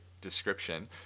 description